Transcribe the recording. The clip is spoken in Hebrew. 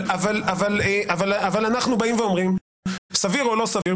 אבל אנחנו באים ואומרים שסביר או לא סביר,